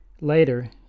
Later